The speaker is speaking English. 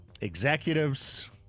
Executives